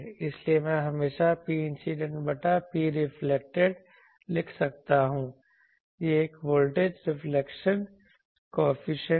इसलिए मैं हमेशा Pincident बटा Preflected लिख सकता हूं यह एक वोल्टेज रिफ्लेक्शन कॉएफिशिएंट है